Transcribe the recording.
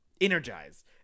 energized